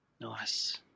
Nice